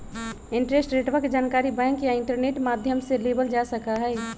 interest रेटवा के जानकारी बैंक या इंटरनेट माध्यम से लेबल जा सका हई